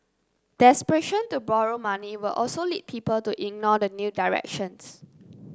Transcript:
desperation to borrow money will also lead people to ignore the new directions